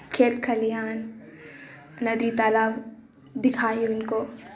کھیت کھلیان ندی تالاب دکھائی ان کو